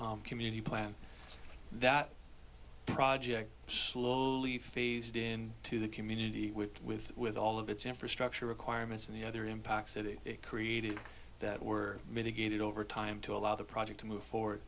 luis community plan that project phased in to the community with with all of its infrastructure requirements and the other impacts that it created that were mitigated over time to allow the project to move forward